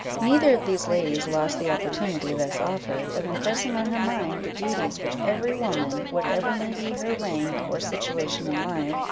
neither of these ladies lost the opportunity thus offered, of impressing on her mind the duties which every woman, whatever may be her rank or situation in life,